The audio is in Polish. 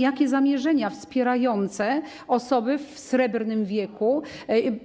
Jakie zamierzenia wspierające osoby w srebrnym wieku